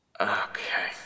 Okay